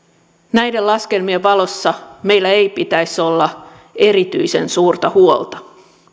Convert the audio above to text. näiden laskelmien valossa meillä ei pitäisi olla erityisen suurta huolta